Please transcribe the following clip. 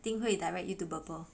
thing 会 direct you to Burple